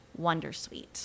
Wondersuite